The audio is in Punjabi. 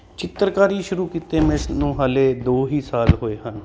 ਚਿੱਤਰਕਾਰੀ ਸ਼ੁਰੂ ਕੀਤੇ ਮੈਨੂੰ ਹਾਲੇ ਦੋ ਹੀ ਸਾਲ ਹੋਏ ਹਨ